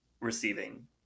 receiving